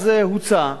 אז הוצע,